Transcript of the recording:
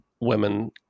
women